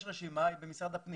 יש רשימה והיא במשרד הפנים.